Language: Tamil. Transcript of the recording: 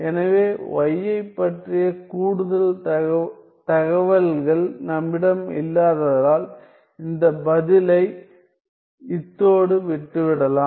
எனவே y ஐப் பற்றிய கூடுதல் தகவல்கள் நம்மிடம் இல்லாததால் இந்த பதிலை இத்தோடு விட்டுவிடலாம்